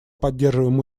поддерживаем